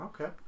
okay